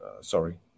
Sorry